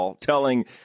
telling